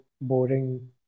boring